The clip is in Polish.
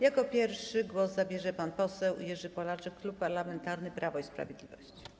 Jako pierwszy głos zabierze pan poseł Jerzy Polaczek, Klub Parlamentarny Prawo i Sprawiedliwość.